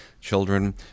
children